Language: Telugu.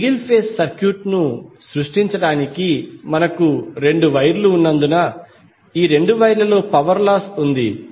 ఈ సింగిల్ ఫేజ్ సర్క్యూట్ను సృష్టించడానికి మనకు 2 వైర్లు ఉన్నందున రెండు వైర్లలో పవర్ లాస్ ఉంది